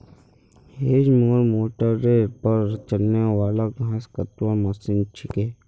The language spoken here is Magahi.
हेज मोवर मोटरेर पर चलने वाला घास कतवार मशीन छिके